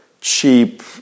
cheap